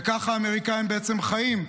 וככה האמריקאים בעצם חיים.